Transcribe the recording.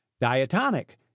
diatonic